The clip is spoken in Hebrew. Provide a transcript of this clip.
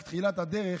זו רק תחילת הדרך